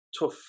tough